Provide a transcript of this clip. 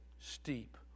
steep